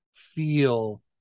feel